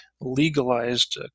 legalized